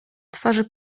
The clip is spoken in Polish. twarze